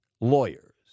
lawyers